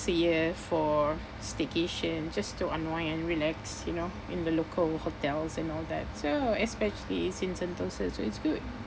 a year for staycation just to unwind and relax you know in the local hotels and all that so especially it's in sentosa so it's good